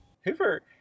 Hoover